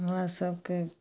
हमरा सबके